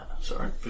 sorry